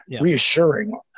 reassuring